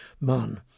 man